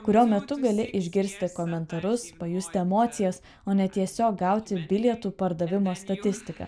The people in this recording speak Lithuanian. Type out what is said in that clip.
kurio metu gali išgirsti komentarus pajusti emocijas o ne tiesiog gauti bilietų pardavimo statistiką